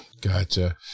Gotcha